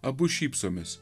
abu šypsomės